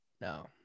No